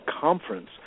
conference